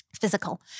Physical